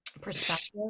perspective